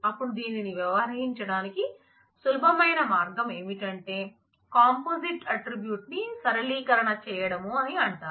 అప్పుడు దీనిని వ్యవహరించడానికి సులభమైన మార్గం ఏమిటంటే కాంపోజిట్ ఆట్రిబ్యూట్ ని సరళీకరణ చేయడం అని అంటారు